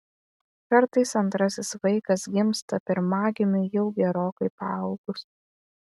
kartais antrasis vaikas gimsta pirmagimiui jau gerokai paaugus